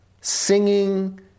singing